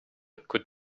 could